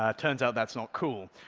ah turns out that's not cool.